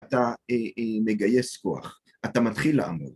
אתה מגייס כוח, אתה מתחיל לעמוד.